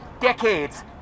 decades